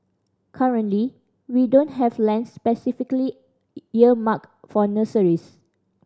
currently we don't have lands specifically earmarked for nurseries